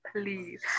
please